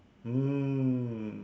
mm